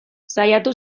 saiatu